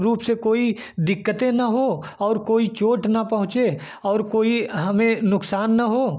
रूप से कोई दिक्कतें ना हो और कोई चोट ना पहुँचे और कोई हमें नुकसान ना हो